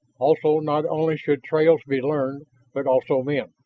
also, not only should trails be learned but also men.